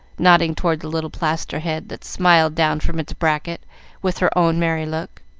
nodding toward the little plaster head that smiled down from its bracket with her own merry look.